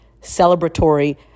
celebratory